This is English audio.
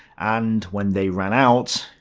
and when they ran out,